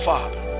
Father